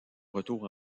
retour